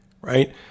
right